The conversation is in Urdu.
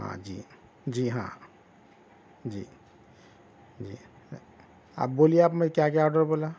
ہاں جی جی ہاں جی جی آپ بولیے آپ میں کیا کیا آرڈر بولا